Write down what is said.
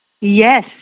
Yes